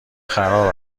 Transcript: خراب